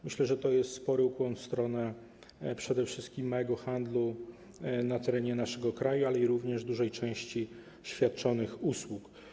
Myślę, że to jest spory ukłon w stronę przede wszystkim małego handlu na terenie naszego kraju, ale również dużej części świadczonych usług.